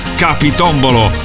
capitombolo